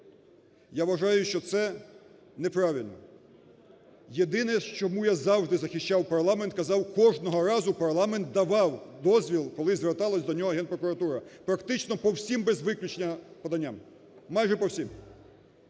Я вважаю, що це неправильно. Єдине, чому я завжди захищав парламент, казав, – кожного разу парламент давав дозвіл, коли зверталась до нього Генпрокуратура, практично по всім, без виключення, поданням, майже по всім.